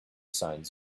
signs